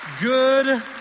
Good